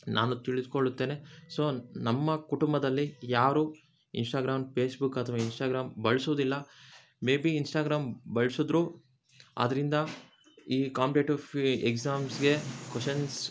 ನಾನು ತಿಳಿದುಕೊಳ್ಳುತ್ತೇನೆ ಸೊ ನಮ್ಮ ಕುಟುಂಬದಲ್ಲಿ ಯಾರು ಇನ್ಸ್ಟಾಗ್ರಾಮ್ ಪೇಸ್ಬುಕ್ ಅಥ್ವಾ ಇನ್ಸ್ಟಾಗ್ರಾಮ್ ಬಳ್ಸೋದಿಲ್ಲ ಮೇಬಿ ಇನ್ಸ್ಟಾಗ್ರಾಮ್ ಬಳ್ಸಿದ್ರು ಅದರಿಂದ ಈ ಕಾಂಪಿಟೇಟಿವ್ ಫಿ ಎಕ್ಸಾಮ್ಸ್ಗೆ ಕ್ವೆಶನ್ಸ್